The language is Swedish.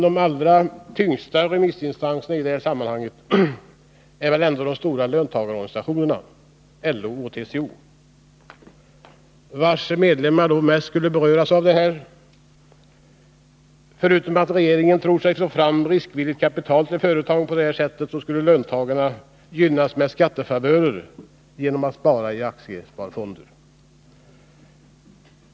De allra tyngsta remissinstanserna i det här sammanhanget är väl ändå de stora löntagarorganisationerna LO och TCO, vilkas medlemmar mest skulle beröras av förslaget. Regeringen tror sig kunna få fram riskvilligt kapital till företagen på detta sätt. Dessutom skulle löntagarna gynnas med skattefavörer om de sparade i aktiesparfond.